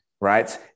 Right